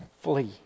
flee